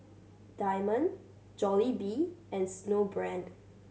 Diamond Jollibee and Snowbrand